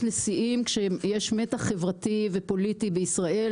לשיאים כשיש מתח חברתי ופוליטי בישראל,